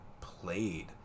played